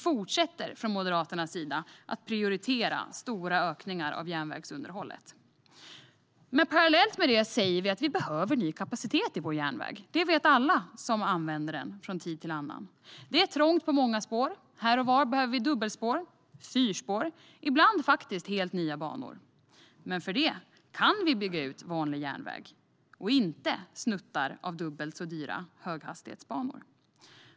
Från Moderaternas sida fortsätter vi att prioritera stora ökningar av järnvägsunderhållet. Parallellt med detta säger vi att vi behöver ny kapacitet i vår järnväg. Det vet alla som använder den från tid till annan. Det är trångt på många spår. Här och var behöver vi dubbelspår, fyrspår och ibland faktiskt helt nya banor. Men för det kan vi bygga ut vanlig järnväg och inte bygga snuttar av dubbelt så dyra höghastighetsbanor.